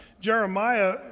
Jeremiah